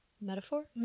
Metaphor